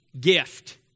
gift